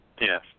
Yes